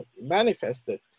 manifested